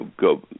go